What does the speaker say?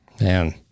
Man